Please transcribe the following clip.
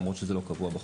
למרות שזה לא קבוע בחוק.